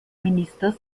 ministers